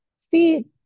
see